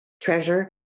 treasure